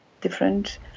different